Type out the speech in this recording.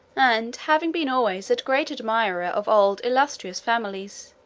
and having been always a great admirer of old illustrious families,